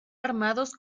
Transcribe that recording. armados